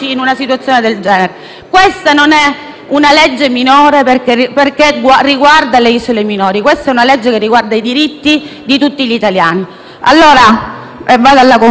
Questa non è una legge minore, perché riguarda le isole minori. Questa è una legge che riguarda i diritti di tutti gli italiani. Vado alla conclusione.